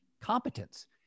competence